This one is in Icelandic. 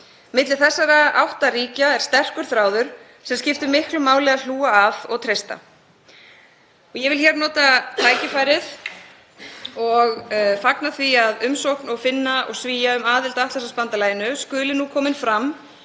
Milli þessara átta ríkja er sterkur þráður sem skiptir miklu máli að hlúa að og treysta. Ég vil hér nota tækifærið og fagna því að umsókn og Finna og Svía um aðild að Atlantshafsbandalaginu skuli nú komin fram